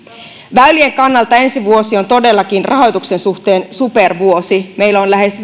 väylien kannalta ensi vuosi on todellakin rahoituksen suhteen supervuosi meillä on lähes